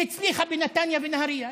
שהצליחה בנתניה ונהרייה,